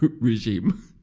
regime